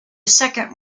second